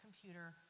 computer